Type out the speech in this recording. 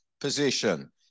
position